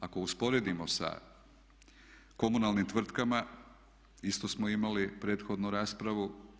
Ako usporedimo sa komunalnim tvrtkama isto smo imali prethodnu raspravu.